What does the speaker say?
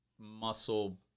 muscle